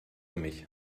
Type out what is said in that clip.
mich